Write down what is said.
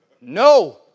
No